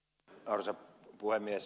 arvoisa puhemies